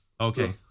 okay